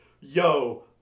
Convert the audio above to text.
yo